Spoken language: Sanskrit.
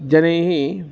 जनैः